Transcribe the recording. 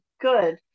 good